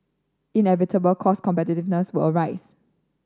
inevitable cost competitiveness would arise